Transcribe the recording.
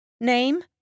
Name